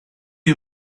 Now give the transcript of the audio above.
you